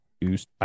use